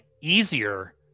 easier